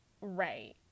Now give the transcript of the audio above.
Right